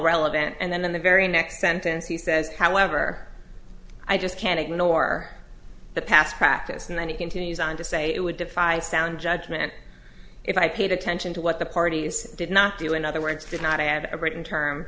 relevant and then in the very next sentence he says however i just can't ignore the past practice and then he continues on to say it would defy sound judgement if i paid attention to what the parties did not do in other words did not have a written term